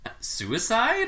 suicide